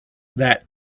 that